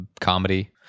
comedy